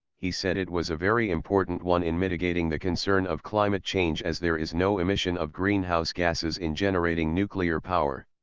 he said it was a very important one in mitigating the concern of climate change as there is no emission of greenhouse gases in generating nuclear power.